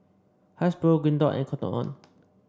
Hasbro Green Dot and Cotton On